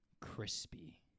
crispy